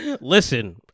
Listen